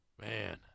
man